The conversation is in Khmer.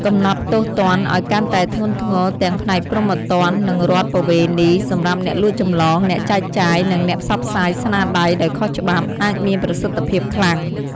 កំណត់ទោសទណ្ឌឱ្យកាន់តែធ្ងន់ធ្ងរទាំងផ្នែកព្រហ្មទណ្ឌ និងរដ្ឋប្បវេណីសម្រាប់អ្នកលួចចម្លង អ្នកចែកចាយ និងអ្នកផ្សព្វផ្សាយស្នាដៃដោយខុសច្បាប់ អាចមានប្រសិទ្ធភាពខ្លាំង។